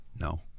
No